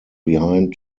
behind